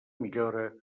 millora